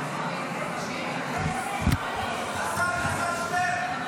אלעזר שטרן,